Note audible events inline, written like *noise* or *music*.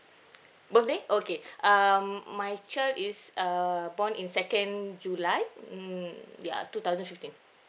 birthday okay *breath* um my child is err born in second july mm mm ya two thousand fifteen